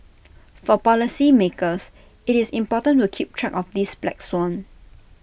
for policymakers IT is important to keep track of this black swan